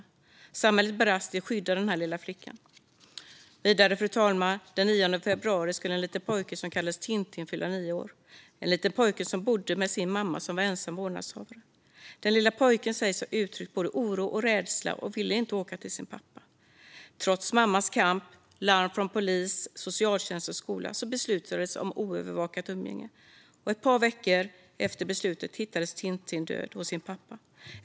Samhället brast i sitt skydd av den lilla flickan. Vidare skulle en liten pojke som kallades Tintin fylla nio år den 9 februari, fru talman - en liten pojke som bodde med sin mamma, som var ensam vårdnadshavare. Den lille pojken sägs ha uttryckt både oro och rädsla inför, och ville inte åka till, sin pappa. Trots mammans kamp samt larm från polis, socialtjänst och skola beslutades om oövervakat umgänge. Ett par veckor efter beslutet hittades Tintin död hos sin pappa.